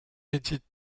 edith